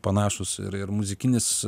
panašūs ir ir muzikinis